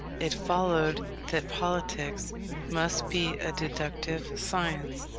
it followed that politics must be a deductive science.